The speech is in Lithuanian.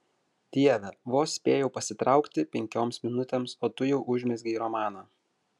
dieve vos spėjau pasitraukti penkioms minutėms o tu jau užmezgei romaną